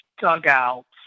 dugouts